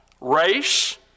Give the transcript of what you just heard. race